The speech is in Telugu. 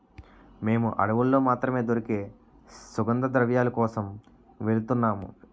మేము అడవుల్లో మాత్రమే దొరికే సుగంధద్రవ్యాల కోసం వెలుతున్నాము